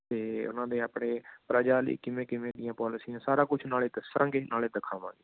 ਅਤੇ ਉਹਨਾਂ ਦੇ ਆਪਣੇ ਪ੍ਰਜਾ ਲਈ ਕਿਵੇਂ ਕਿਵੇਂ ਦੀਆਂ ਪੋਲਸੀਆਂ ਸਾਰਾ ਕੁਛ ਨਾਲੇ ਦੱਸਾਂਗੇ ਨਾਲੇ ਦਿਖਾਵਾਂਗੇ